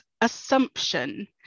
assumption